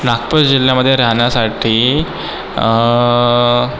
नागपूर जिल्ह्यामध्ये राहण्यासाठी